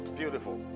beautiful